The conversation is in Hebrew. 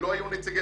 נכון.